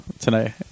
tonight